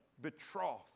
betrothed